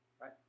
right